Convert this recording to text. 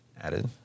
added